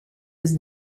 his